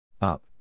Up